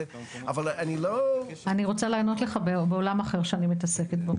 אני רוצה לענות לך מעולם אחר שאני מתעסקת בו,